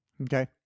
okay